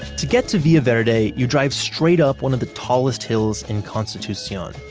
to get to villa verde, you drive straight up one of the tallest hills in constitucion.